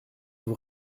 vous